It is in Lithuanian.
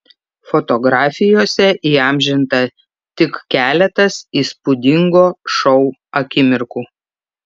fotografijose įamžinta tik keletas įspūdingo šou akimirkų